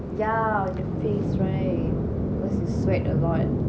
yeah the face right cause it sweat a lot